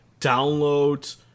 download